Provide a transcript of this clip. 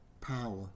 Power